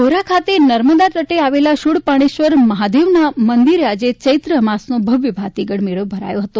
ગોરા ખાતે નર્મદા તટે આવેલા શૂળપાણેશ્વર મહાદેવના મંદિરે આજે ચૈત્ર અમાસનો ભવ્ય ભાતિગળ મેળો ભરાયો હતો